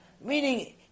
Meaning